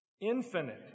infinite